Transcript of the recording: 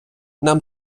нам